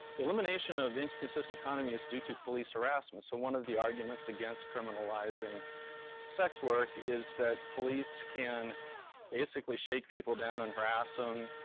elimination of inconsistent condom use due to police harassment. so one of the arguments against criminalizing sex work is that police can basically shake people down and harass them,